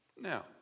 Now